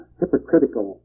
hypocritical